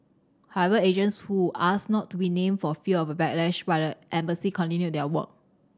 however agents who asked not to be named for fear of a backlash by the embassy continued their work